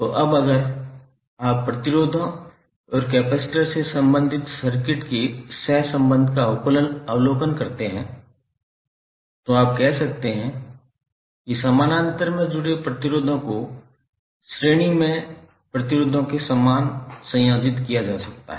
तो अब अगर आप प्रतिरोधों और कैपेसिटर से संबंधित सर्किट के सहसंबंध का अवलोकन करते हैं तो आप कह सकते हैं कि समानांतर में जुड़े प्रतिरोधों को श्रेणी में प्रतिरोधों के समान संयोजित किया जा सकता है